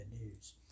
news